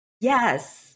yes